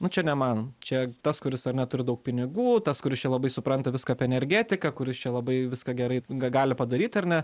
nu čia ne man čia tas kuris ar ne turi daug pinigų tas kuris čia labai supranta viską apie energetiką kuris čia labai viską gerai ga gali padaryti ar ne